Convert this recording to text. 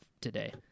today